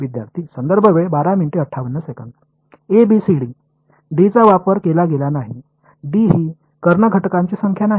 विद्यार्थी A B C D D चा वापर केला गेला नाही डी ही कर्ण घटकांची संख्या नाही